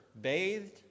bathed